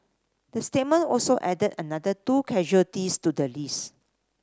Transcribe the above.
the statement also added another two casualties to the list